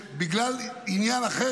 בגלל עניין אחר,